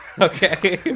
Okay